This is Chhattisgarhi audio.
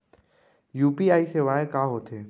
यू.पी.आई सेवाएं का होथे